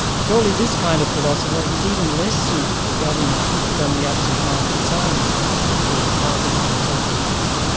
surely this kind of philosopher is even less suited to government than the absent-minded scientist or the carping social critic.